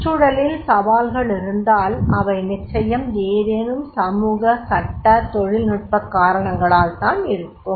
சுற்றுச்சூழலில் சவால்கள் இருந்தால் அவை நிச்சயம் ஏதேனும் சமூக சட்ட அல்லது தொழில்நுட்ப காரணங்களால் தான் இருக்கும்